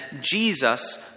Jesus